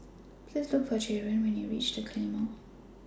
Please Look For Jaren when YOU REACH The Claymore